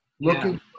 looking